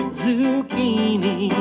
zucchini